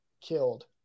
killed